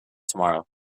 tomorrow